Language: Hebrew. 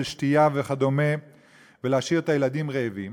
שתייה וכדומה ולהשאיר את הילדים רעבים.